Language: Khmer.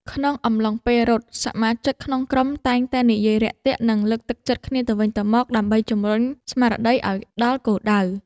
ក្នុងអំឡុងពេលរត់ សមាជិកក្នុងក្រុមតែងតែនិយាយរាក់ទាក់ និងលើកទឹកចិត្តគ្នាទៅវិញទៅមកដើម្បីជម្រុញស្មារតីឱ្យដល់គោលដៅ។